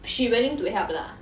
she willing to help lah